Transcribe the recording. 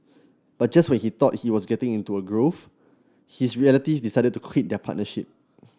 but just when he thought he was getting into a groove his relative decided to quit their partnership